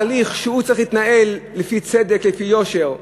תהליך שצריך להתנהל לפי צדק ולפי יושר,